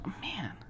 Man